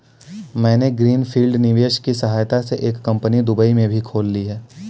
मैंने green field निवेश की सहायता से एक कंपनी दुबई में भी खोल ली है